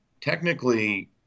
technically